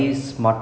okay